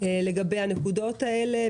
לגבי הנקודות האלה,